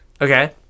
Okay